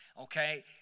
okay